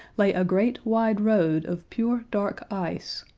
lay a great wide road of pure dark ice,